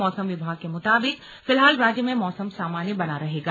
मौसम विभाग के मुताबिक फिलहाल राज्य में मौसम सामान्य बना रहेगा